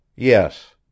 yes